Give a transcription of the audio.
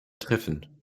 treffen